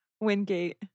Wingate